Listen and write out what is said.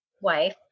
wife